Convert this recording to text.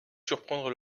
surprendre